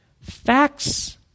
facts